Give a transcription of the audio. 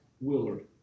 Willard